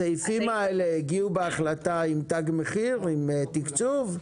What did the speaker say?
הסעיפים האלה הגיעו בהחלטה עם תג מחיר, עם תקצוב?